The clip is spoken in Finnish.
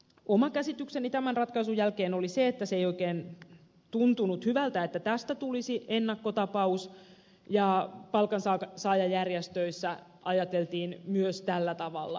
oma käsitykseni tämän ratkaisun jälkeen oli se että ei oikein tuntunut hyvältä että tästä tulisi ennakkotapaus ja palkansaajajärjestöissä ajateltiin myös tällä tavalla